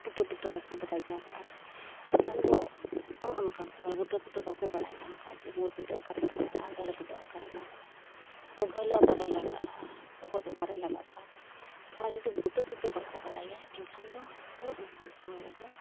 ᱵᱩᱴᱟᱹ ᱵᱩᱴᱟᱹ ᱵᱟᱠᱚ ᱵᱟᱲᱟᱭ ᱧᱟᱢ ᱟᱠᱟᱫᱼᱟ ᱮᱱᱠᱷᱟᱱ ᱫᱚ ᱚᱱ ᱚᱱᱠᱟᱱ ᱥᱚᱢᱚᱭ ᱴᱷᱤᱠᱟᱹ ᱵᱩᱴᱟᱹ ᱵᱟᱠᱚ ᱵᱟᱲᱟᱭ ᱧᱟᱢ ᱠᱟᱜᱼᱟ ᱡᱮ ᱢᱩ ᱴᱩᱰᱟᱹᱜ ᱚᱠᱟᱨᱮ ᱞᱟᱜᱟᱜᱼᱟ ᱜᱟᱹᱦᱞᱟᱹ ᱴᱩᱰᱟᱹᱜ ᱚᱠᱟᱨᱮ ᱞᱟᱜᱟᱜᱼᱟ ᱢᱩ ᱜᱟᱹᱦᱞᱟᱹ ᱚᱠᱟᱨᱮ ᱞᱟᱜᱟᱜᱼᱟ ᱚᱦᱚᱫ ᱚᱠᱟᱨᱮ ᱞᱟᱜᱟᱜᱼᱟ ᱟᱨ ᱡᱩᱫᱤ ᱵᱩᱴᱟᱹ ᱵᱩᱴᱟᱹ ᱵᱟᱠᱚ ᱵᱟᱲᱟᱭᱟ ᱮᱱᱠᱷᱟᱱ ᱫᱚ ᱚᱱ ᱚᱱᱠᱟᱱ ᱥᱚᱢᱚᱭ ᱨᱮᱫᱚ